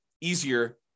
easier